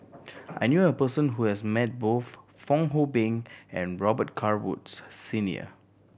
I knew a person who has met both Fong Hoe Beng and Robet Carr Woods Senior